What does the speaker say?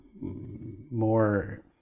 more